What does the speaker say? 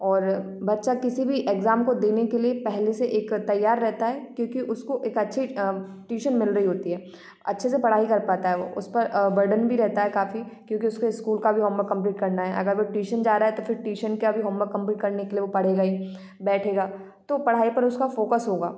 और बच्चा किसी भी एग्जाम को देने के लिए पहले से एक तैयार रहता है क्योंकि उसको एक अच्छी ट्यूशन मिल रही होती है अच्छे से पढ़ाई कर पाता है वो उस पर बर्डन भी रहता है काफ़ी क्योकि उसको स्कूल का भी होमवर्क कम्पलीट करना है अगर वे ट्यूशन जा रहा है तो फिर ट्यूशन का भी होमवर्क कम्पलीट करने के लिए वो पढ़ेगा ही बैठेगा तो पढ़ाई पर उसका फोकस होगा